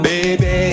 Baby